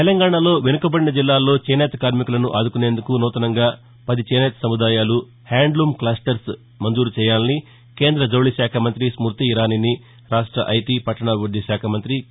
తెలంగాణలో వెనుకబడిన జిల్లాల్లో చేనేత కార్మికులను ఆదుకునేందుకు నూతనంగా పది చేనేత సముదాయాలు హ్యాంద్లామ్ క్లస్టర్స్ మంజూరు చేయాలని కేంద్ర జౌళి శాఖ మంతి స్మృతీఇరానీని రాష్ట ఐటీ పట్టణాభివృద్ధి శాఖ మంత్రి కే